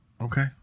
Okay